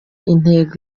intego